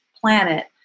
planet